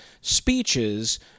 speeches